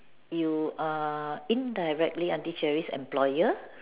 you are indirectly auntie Cherie's employer